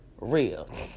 real